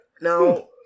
Now